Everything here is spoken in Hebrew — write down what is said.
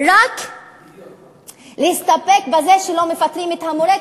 רק להסתפק בזה שלא מפטרים את המורה,